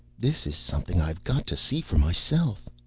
this is something i've got to see for myself.